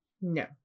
No